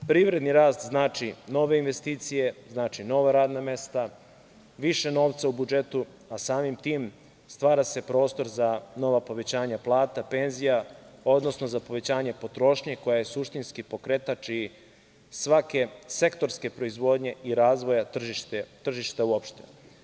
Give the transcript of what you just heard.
Privredni rast znači nove investicije, znači nova radna mesta, više novca u budžetu, a samim tim stvara se prostor za nova povećanja plata, penzija, odnosno za povećanje potrošnje koja je suštinski pokretač i svake sektorske proizvodnje i razvoja tržišta uopšteno.